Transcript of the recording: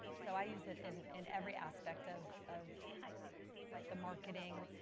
so i use it and in every aspect of of the marketing.